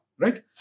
Right